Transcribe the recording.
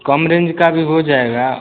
कम range का भी हो जाएगा